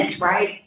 right